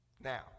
Now